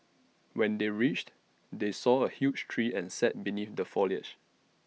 when they reached they saw A huge tree and sat beneath the foliage